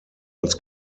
als